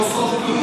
שעוסקות,